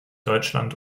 deutschland